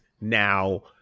now